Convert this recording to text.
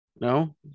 No